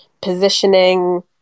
positioning